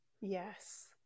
yes